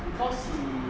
because he